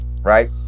Right